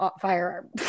firearm